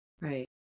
Right